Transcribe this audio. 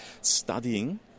Studying